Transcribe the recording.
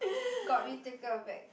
got ridicule a bit